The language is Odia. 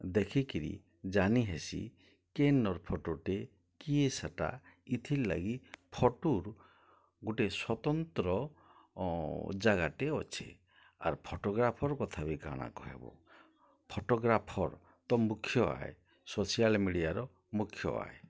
ଦେଖିକିରି ଜାନି ହେସି କେନର୍ ଫଟୋଟେ କେ ସେଟା ଏଥିର୍ଲାଗି ଫଟୋରୁ ଗୋଟେ ସ୍ୱତନ୍ତ୍ର ଜାଗାଟେ ଅଛେ ଆର୍ ଫଟୋଗ୍ରାଫର୍ କଥାବି କାଣା କହେବ ଫଟୋଗ୍ରାଫର୍ ତ ମୁଖ୍ୟ ଆଏ ସୋସିଆଲ୍ ମିଡ଼ିଆର ମୁଖ୍ୟ ଆଏ